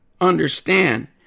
understand